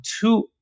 two